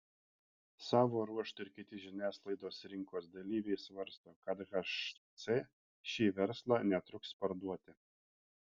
savo ruožtu ir kiti žiniasklaidos rinkos dalyviai svarsto kad hc šį verslą netruks parduoti